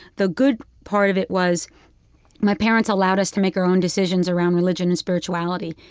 the good part of it was my parents allowed us to make our own decisions around religion and spirituality.